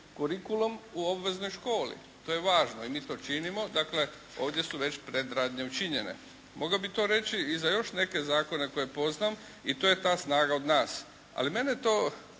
kurikulum u obveznoj školi, to je važno. I mi to činimo. Dakle, ovdje su već predradnje učinjene. Mogao bi to reći i za još neke zakone koje poznam i to je ta snaga od nas ali mene to